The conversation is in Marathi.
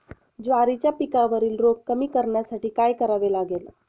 ज्वारीच्या पिकावरील रोग कमी करण्यासाठी काय करावे लागेल?